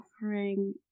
offering